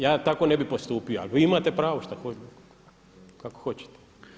Ja tako ne bih postupio ali vi imate pravo kako hoćete.